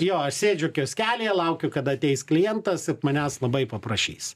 jo aš sėdžiu kioskelyje laukiu kada ateis klientas ir manęs labai paprašys